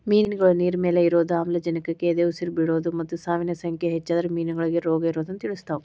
ಮಿನ್ಗಳು ನೇರಿನಮ್ಯಾಲೆ ಇರೋದು, ಆಮ್ಲಜನಕಕ್ಕ ಎದಉಸಿರ್ ಬಿಡೋದು ಮತ್ತ ಸಾವಿನ ಸಂಖ್ಯೆ ಹೆಚ್ಚಾದ್ರ ಮೇನಗಳಿಗೆ ರೋಗಇರೋದನ್ನ ತಿಳಸ್ತಾವ